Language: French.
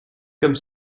comme